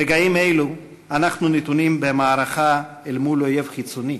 ברגעים אלו אנחנו נתונים במערכה אל מול אויב חיצוני.